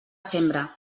sembre